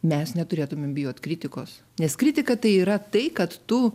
mes neturėtumėm bijot kritikos nes kritika tai yra tai kad tu